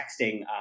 texting